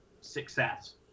success